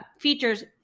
features